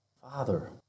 Father